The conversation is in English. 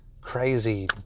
crazy